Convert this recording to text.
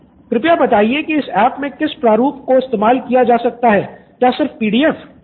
student 6 कृपया बताइये की इस ऐप मे किस प्रारूप को इस्तेमाल किया जा सकता है क्या सिर्फ पीडीएफ